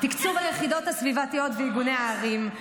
תקצוב היחידות הסביבתיות באיגודי הערים.